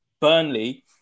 Burnley